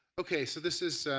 okay. so this is